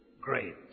Great